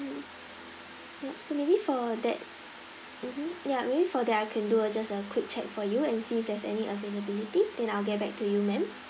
yup so maybe for that mmhmm ya maybe for that I can do uh just a quick check for you and see if there's any availability then I'll get back to you ma'am